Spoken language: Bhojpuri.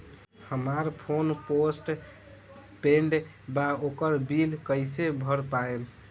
हमार फोन पोस्ट पेंड़ बा ओकर बिल कईसे भर पाएम?